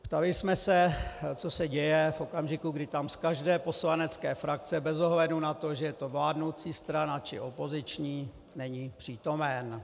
Ptali jsme se, co se děje v okamžiku, kdy tam z každé poslanecké frakce bez ohledu na to, že je to vládnoucí strana či opoziční, není přítomen.